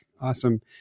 awesome